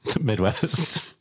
Midwest